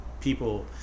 people